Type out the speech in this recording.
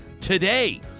Today